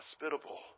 hospitable